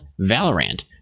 Valorant